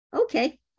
Okay